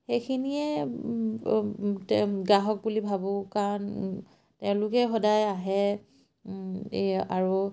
সেইখিনিয়ে গ্ৰাহক বুলি ভাবোঁ কাৰণ তেওঁলোকে সদায় আহে আৰু